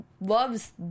loves